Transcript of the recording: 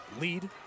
lead